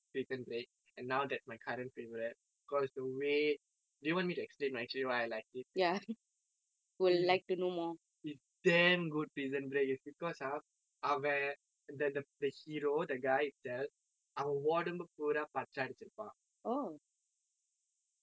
prison break and now that's my current favourite cause the way do you want me to explain actually why I like it is damn good prison break it's because ah அவன்:avan the the the hero the guy itself அவன் உடம்பு பூரா பச்சை அடிச்சிருப்பான்:avan udambu puraa pachai adicchiruppaan